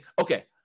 okay